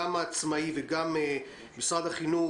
ועל הרקע הזה